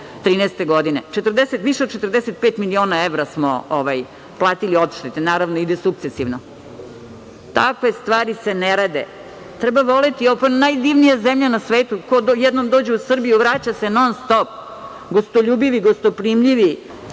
2013. godine. Više od 45 miliona evra smo platili odštete. Naravno, ide sukcesivno. Takve stvari se ne rade. Pa, ovo je najdivnija zemlja na svetu. Ko jednom dođe u Srbiju, vraća se non-stop. Gostoljubivi, gostoprimljivi,